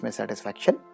satisfaction